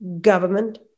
government